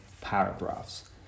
paragraphs